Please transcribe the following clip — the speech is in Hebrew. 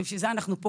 ולכן אנחנו פה,